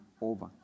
over